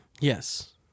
Yes